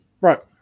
Right